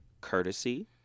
courtesy